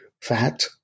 Fat